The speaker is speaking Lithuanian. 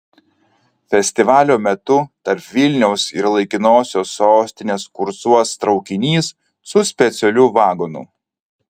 festivalio metu tarp vilniaus ir laikinosios sostinės kursuos traukinys su specialiu vagonu